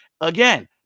Again